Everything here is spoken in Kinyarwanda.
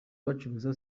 bacuruza